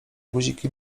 guziki